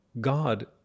God